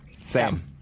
Sam